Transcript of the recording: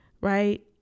right